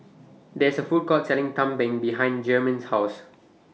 There IS A Food Court Selling Tumpeng behind Germaine's House